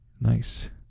Nice